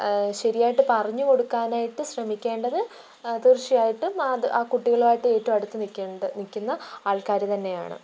ശരിയായിട്ടു പറഞ്ഞു കൊടുക്കാനായിട്ടു ശ്രമിക്കേണ്ടതു തീർച്ചയായിട്ടും അത് ആ കുട്ടികളുമായിട്ട് ഏറ്റവുമടുത്തു നിൽക്കേണ്ട നിൽക്കുന്ന ആൾക്കാർ തന്നെയാണ്